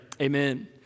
amen